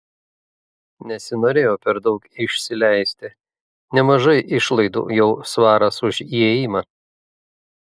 nesinorėjo per daug išsileisti nemažai išlaidų jau svaras už įėjimą